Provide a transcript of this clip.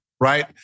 right